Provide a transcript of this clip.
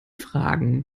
fragen